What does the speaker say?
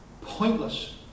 Pointless